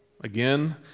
Again